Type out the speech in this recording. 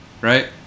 right